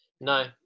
No